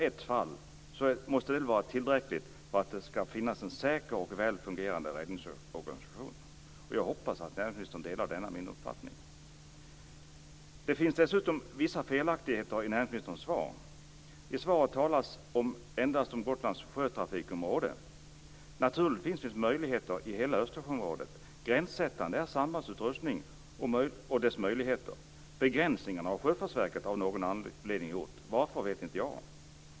Ett fall är väl tillräckligt för att det ska finnas en säker och väl fungerande räddningsorganisation. Jag hoppas att näringsministern delar denna min uppfattning. Dessutom finns det vissa felaktigheter i näringsministerns svar. I svaret talas det bara om "inom Gotlands sjötrafikområde". Naturligtvis finns det möjligheter i hela Östersjöområdet. Gränssättande är sambandsutrustningen och dess möjligheter. Begränsningen har Sjöfartsverket av någon anledning gjort. Varför vet inte jag.